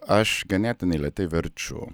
aš ganėtinai lėtai verčiu